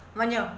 वञो